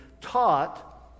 taught